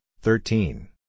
thirteen